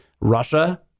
Russia